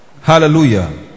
Hallelujah